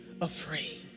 afraid